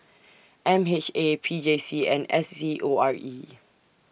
M H A P J C and S C O R E